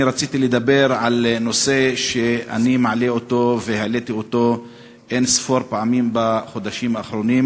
אני רציתי לדבר על נושא שהעליתי אין-ספור פעמים בחודשים האחרונים,